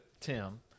Tim